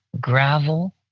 gravel